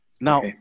now